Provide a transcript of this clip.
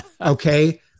Okay